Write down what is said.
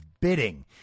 bidding